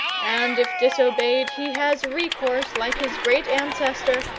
and if disobeyed he has recourse, like his great ancestor,